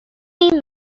این